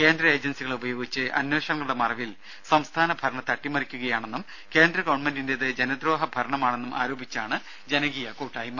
കേന്ദ്ര ഏജൻസികളെ ഉപയോഗിച്ച് അന്വേഷണങ്ങളുടെ മറവിൽ സംസ്ഥാന ഭരണത്തെ അട്ടിമറിക്കുകയാണെന്നും കേന്ദ്ര ഗവൺമെന്റിന്റേത് ജനദ്രോഹ ഭരണമാണെന്നും ആരോപിച്ചാണ് ജനകീയ കൂട്ടായ്മ